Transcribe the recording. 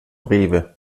rewe